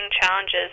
challenges